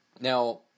Now